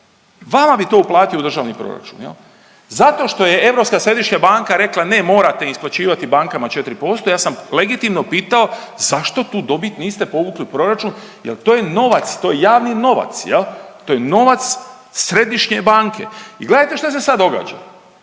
vama bi to uplatio u državni proračun zato što je Europska središnja banka rekla ne, morate isplaćivati bankama 4%. Ja sam legitimno pitao zašto tu dobit niste povukli u proračun jel to je novac, to je javni novac, to je novac središnje banke. I gledajte šta se sad događa,